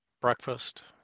breakfast